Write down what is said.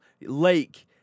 Lake